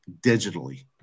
digitally